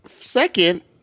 Second